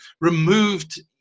removed